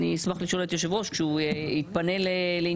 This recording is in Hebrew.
אני אשמח לשאול את היושב ראש כשהוא יתפנה לענייננו.